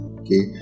okay